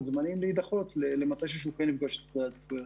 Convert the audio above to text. הזמנים למתי שהוא כן יצטרך לפגוש את סדרי העדיפויות.